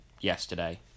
yesterday